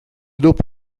dopo